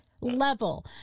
level